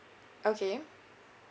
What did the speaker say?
okay